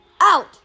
Out